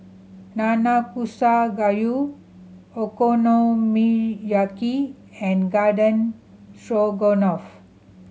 Nanakusa Gayu Okonomiyaki and Garden Stroganoff